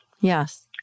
Yes